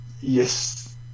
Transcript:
Yes